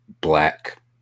black